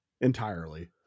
entirely